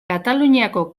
kataluniako